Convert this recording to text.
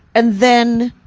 and then,